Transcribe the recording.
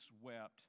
wept